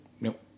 nope